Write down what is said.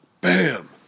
bam